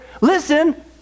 listen